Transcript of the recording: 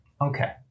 Okay